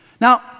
Now